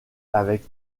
avec